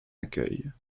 accueil